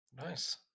Nice